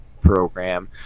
program